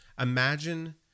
Imagine